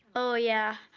oh yeah,